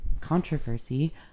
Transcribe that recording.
Controversy